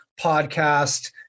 podcast